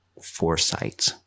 foresight